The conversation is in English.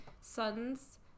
son's